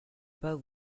pas